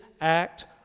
act